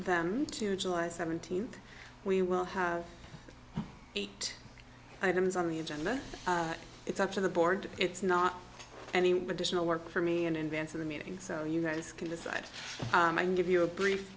them to july seventeenth we will have eight items on the agenda it's up to the board it's not any additional work for me and invented the meeting so you guys can decide i'm give you a brief